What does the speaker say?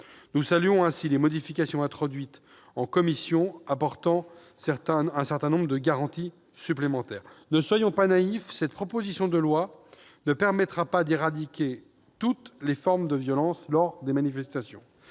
Nous saluons ainsi les modifications introduites en commission, qui apportent un certain nombre de garanties supplémentaires. Ne soyons pas naïfs, cette proposition de loi ne permettra pas d'éradiquer toutes les formes de violence lors de manifestations.